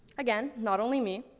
again, not only me,